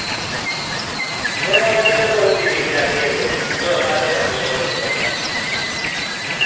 चलो आई जायो तुस दिक्खी लैगे भी कोई निं अच्छा साढ़े पंज सौ कोई निं करी लैगे